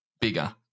bigger